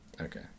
okay